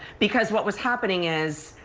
because what was happening is,